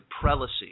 prelacy